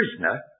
prisoner